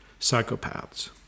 psychopaths